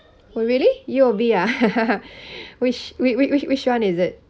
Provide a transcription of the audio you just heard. oh really U_O_B ah which which which which one is it